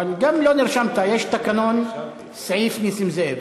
אבל גם אם לא נרשמת, יש בתקנון סעיף נסים זאב.